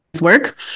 Work